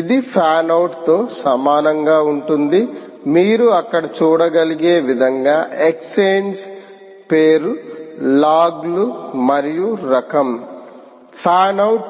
ఇది fan out తో సమానంగా ఉంటుంది మీరు అక్కడ చూడగలిగే విధంగా ఎక్స్ఛేంజ్ పేరు లాగ్లు మరియు రకం ఫ్యాన్ ఔట్